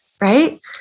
right